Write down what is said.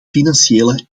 financiële